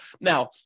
Now